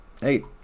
hey